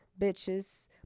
bitches